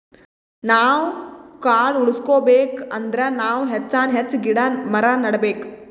ನಾವ್ ಕಾಡ್ ಉಳ್ಸ್ಕೊಬೇಕ್ ಅಂದ್ರ ನಾವ್ ಹೆಚ್ಚಾನ್ ಹೆಚ್ಚ್ ಗಿಡ ಮರ ನೆಡಬೇಕ್